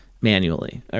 manually